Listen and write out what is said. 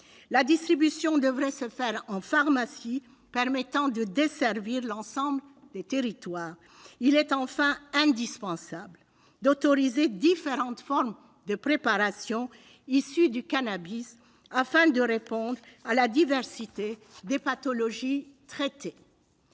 La distribution devrait se faire en pharmacie, afin de desservir l'ensemble des territoires. Enfin, il est indispensable d'autoriser différentes formes de préparations issues du cannabis, afin de répondre à la diversité des pathologies traitées.